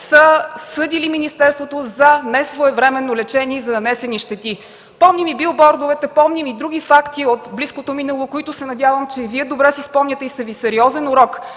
са съдили министерството за несвоевременно лечение и за нанесени щети. Помним и билбордовете, помним и други факти от близкото минало, които се надявам, че и Вие добре си спомняте и са Ви сериозен урок.